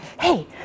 hey